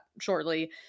shortly